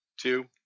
two